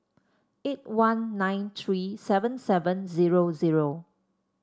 eight one nine three seven seven zero zero